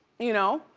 you know?